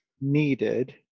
needed